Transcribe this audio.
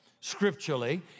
scripturally